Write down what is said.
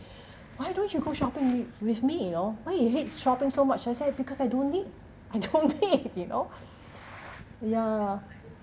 why don't you go shopping with with me you know why you hate shopping so much I said because I don't need I don't need you know ya